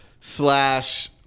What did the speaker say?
slash